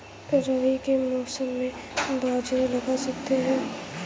रवि के मौसम में बाजरा लगा सकते हैं?